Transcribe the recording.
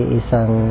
isang